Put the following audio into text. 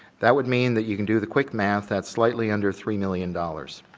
that would mean that you can do the quick math, that's slightly under three million dollars.